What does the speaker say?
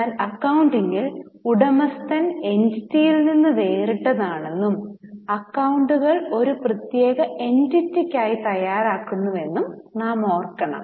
എന്നാൽ അക്കൌണ്ടിങ്ങിൽ ഉടമസ്ഥൻ എന്റിറ്റിയിൽ നിന്ന് വേറിട്ടതാണെന്നും അക്കൌണ്ടുകൾ ഒരു പ്രത്യേക എന്റിറ്റിക്കായി തയ്യാറാക്കുന്നതാണെന്നും നാം ഓർക്കണം